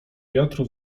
wiatru